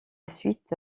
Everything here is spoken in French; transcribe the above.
suite